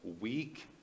weak